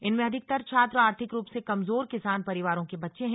इनमें अधिकतर छात्र आर्थिक रूप से कमजोर किसान परिवारों के बच्चे हैं